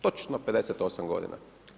Točno 58 godina.